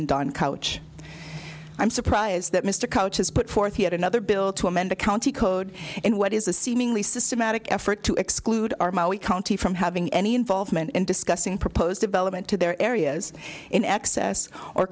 councilman don coach i'm surprised that mr coach has put forth yet another bill to amend the county code in what is a seemingly systematic effort to exclude our maui county from having any involvement in discussing proposed development to their areas in excess or